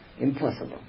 Impossible